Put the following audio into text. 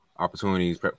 Opportunities